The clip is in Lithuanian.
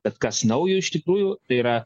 bet kas naujo iš tikrųjų tai yra